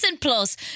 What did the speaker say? Plus